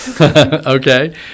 Okay